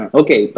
okay